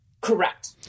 Correct